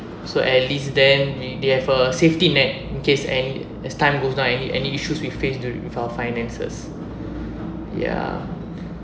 so at least then they have a safety net in case an~ as time goes on any any issues we face due with our finances ya